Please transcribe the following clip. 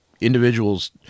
individuals